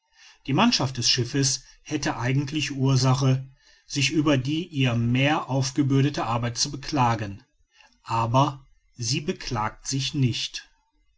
die mannschaft des schiffes hätte eigentlich ursache sich über die ihr mehr aufgebürdete arbeit zu beklagen aber sie beklagt sich nicht